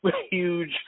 huge